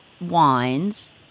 wines